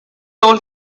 told